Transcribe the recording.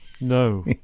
No